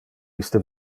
iste